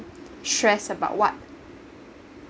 stress about what